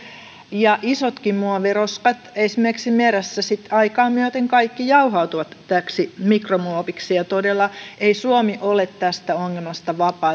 ja isotkin muoviroskat esimerkiksi meressä jauhautuvat sitten aikaa myöten kaikki täksi mikromuoviksi ja todella ei suomi ole tästä ongelmasta vapaa